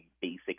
basic